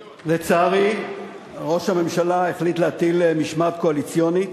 לצערי, ראש הממשלה החליט להטיל משמעת קואליציונית.